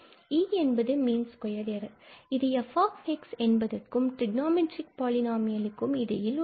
E என்பது mean square error இது f என்பதற்கும் டிரிக்னாமெட்ரிக் பாலினாமியலுக்கு இடையில் உள்ளது